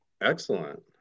Excellent